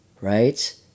right